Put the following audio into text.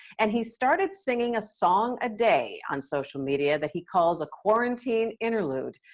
and he started singing a song a day on social media, that he calls a quarantine interlude.